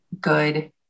good